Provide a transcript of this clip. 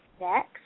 next